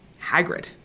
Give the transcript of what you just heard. Hagrid